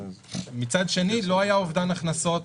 מצד שני, לא היה אובדן הכנסות,